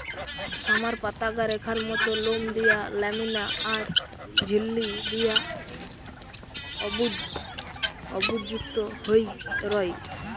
summer পাতাগা রেখার মত লোম দিয়া ল্যামিনা আর ঝিল্লি দিয়া অর্বুদ অর্বুদযুক্ত হই রয়